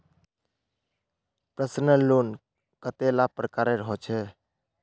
Personal loan कतेला प्रकारेर होचे?